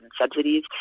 subsidies